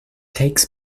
takes